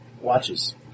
Watches